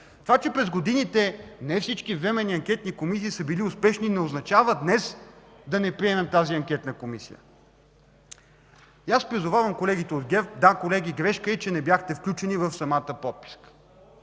Това, че през годините не всички временни анкетни комисии са били успешни, не означава днес да не приемем тази Анкетна комисия. Призовавам колегите от ГЕРБ. Да, колеги, грешка е, че не бяхте включени в самата подписка.